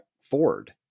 Ford